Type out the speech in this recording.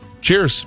Cheers